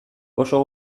oso